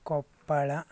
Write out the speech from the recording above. Koppal